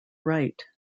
right